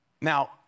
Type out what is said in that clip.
Now